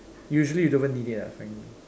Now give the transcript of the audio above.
usually you don't even need it lah frankly